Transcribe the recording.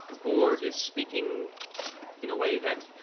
vord is speaking in a way that,